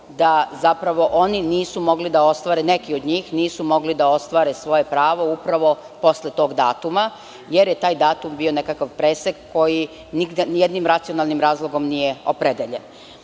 da to nije tako, da zapravo neki od njih nisu mogli da ostvare svoje pravo posle tog datuma, jer je taj datum bio nekakav presek koji ni jednim racionalnim razlogom nije opredeljen.S